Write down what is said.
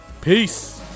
Peace